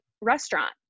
restaurant